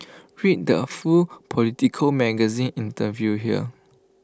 read the full Politico magazine interview here